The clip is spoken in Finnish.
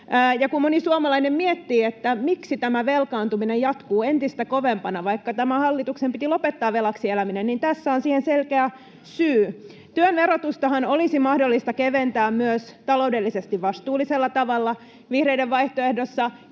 ja kun moni suomalainen miettii, miksi tämä velkaantuminen jatkuu entistä kovempana, vaikka tämän hallituksen piti lopettaa velaksi eläminen, niin tässä on siihen selkeä syy. Työn verotustahan olisi mahdollista keventää myös taloudellisesti vastuullisella tavalla. Vihreiden vaihtoehdossa